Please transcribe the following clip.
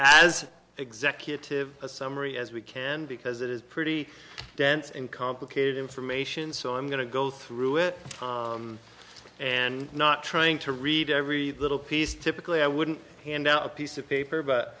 as executive summary as we can because it is pretty dense and complicated information so i'm going to go through it and not trying to read every little piece typically i wouldn't hand out a piece of paper but